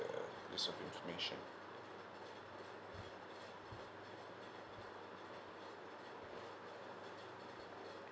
this sort of information